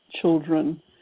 children